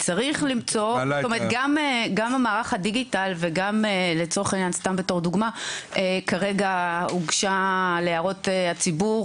לצורך העניין לדוגמה כרגע הוגשה להערות הציבור